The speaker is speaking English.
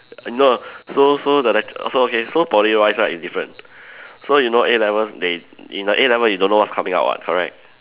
no so so the lectu~ so okay so Poly wise right is different so you know A-levels they in the A-level you don't know what's coming up [what] correct